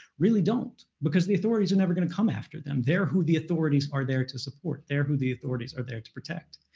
really don't, because the authorities are never going to come after them. they're who the authorities are there to support. they're who the authorities are there to protect.